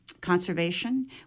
Conservation